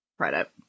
credit